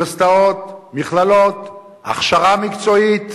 לאוניברסיטאות, מכללות, הכשרה מקצועית,